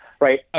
right